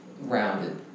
rounded